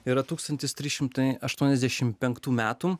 yra tūkstantis trys šimtai aštuoniasdešim penktų metų